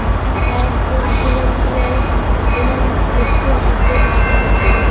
এক জন financial analyst হচ্ছেন একজন বিশেষজ্ঞ